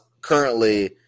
currently